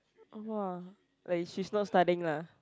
oh !wah! like she's not studying lah